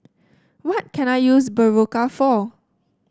what can I use Berocca for